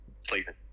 Sleeping